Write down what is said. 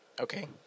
Okay